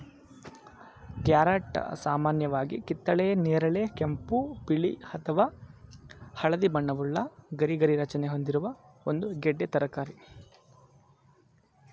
carrot ಸಾಮಾನ್ಯವಾಗಿ ಕಿತ್ತಳೆ ನೇರಳೆ ಕೆಂಪು ಬಿಳಿ ಅಥವಾ ಹಳದಿ ಬಣ್ಣವುಳ್ಳ ಗರಿಗರಿ ರಚನೆ ಹೊಂದಿರುವ ಒಂದು ಗೆಡ್ಡೆ ತರಕಾರಿ